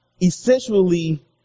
essentially